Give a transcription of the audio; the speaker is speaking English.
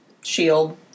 shield